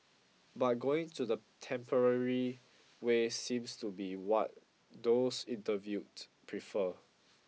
but going to the temporary way seems to be what those interviewed prefer